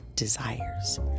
desires